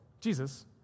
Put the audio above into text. Jesus